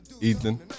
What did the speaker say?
Ethan